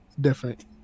different